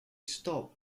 stop